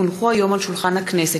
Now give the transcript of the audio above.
כי הונחו היום על שולחן הכנסת,